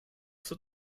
zur